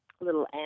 little